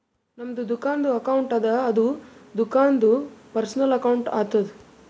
ನಮ್ದು ದುಕಾನ್ದು ಅಕೌಂಟ್ ಅದ ಅದು ದುಕಾಂದು ಪರ್ಸನಲ್ ಅಕೌಂಟ್ ಆತುದ